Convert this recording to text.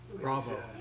Bravo